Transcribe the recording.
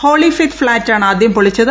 Holy Faith ഫ്ളാറ്റാണ് ആദ്യം പൊളിച്ചത്